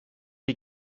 die